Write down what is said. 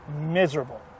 miserable